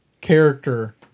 character